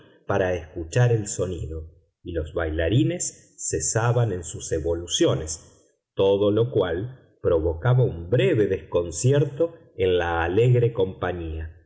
para escuchar el sonido y los bailarines cesaban en sus evoluciones todo lo cual provocaba un breve desconcierto en la alegre compañía